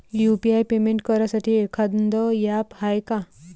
UPI payment करासाठी एखांद app हाय का?